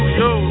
yo